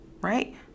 right